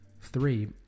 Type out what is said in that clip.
three